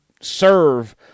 serve